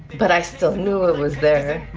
but i still knew it was there